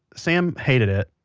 sam hated it,